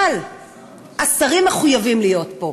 אבל השרים מחויבים להיות פה,